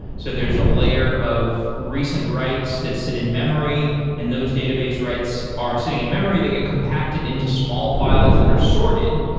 so there's a layer of recent writes that sit in-memory and those database writes are sitting in-memory, they get compacted into small files that are sorted,